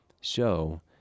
show